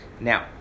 Now